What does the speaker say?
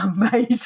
amazing